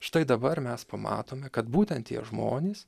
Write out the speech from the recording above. štai dabar mes pamatome kad būtent tie žmonės